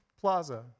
plaza